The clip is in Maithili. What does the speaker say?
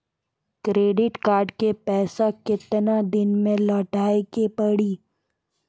क्रेडिट कार्ड के पैसा केतना दिन मे लौटाए के पड़ी?